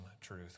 truth